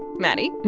maddie,